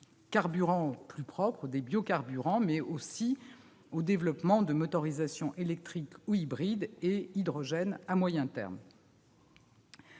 carburants plus propres- les biocarburants -ainsi qu'au développement de motorisations électriques ou hybrides et hydrogènes à moyen terme.